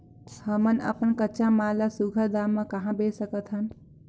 हमन अपन कच्चा माल ल सुघ्घर दाम म कहा बेच सकथन?